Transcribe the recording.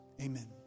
Amen